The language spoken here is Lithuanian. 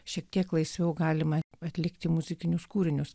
šiek tiek laisviau galima atlikti muzikinius kūrinius